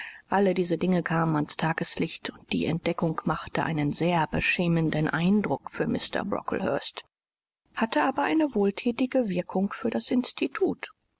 alle diese dinge kamen ans tageslicht und die entdeckung machte einen sehr beschämenden eindruck für mr brocklehurst hatte aber eine wohlthätige wirkung für das institut